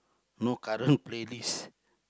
no current playlist